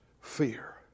fear